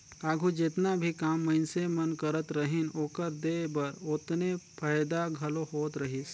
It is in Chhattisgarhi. आघु जेतना भी काम मइनसे मन करत रहिन, ओकर देह बर ओतने फएदा घलो होत रहिस